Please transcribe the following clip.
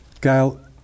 Gail